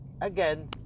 again